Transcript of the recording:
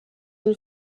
une